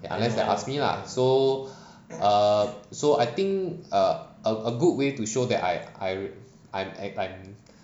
unless they ask me lah so err I think err a good way to show that I I I'm